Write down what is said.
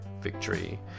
victory